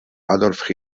adolf